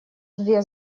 две